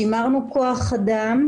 שימרנו כוח אדם,